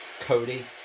Cody